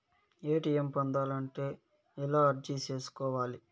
ATM పొందాలంటే ఎలా అర్జీ సేసుకోవాలి?